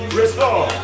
restore